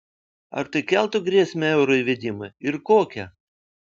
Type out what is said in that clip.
ar tai keltų grėsmę euro įvedimui ir kokią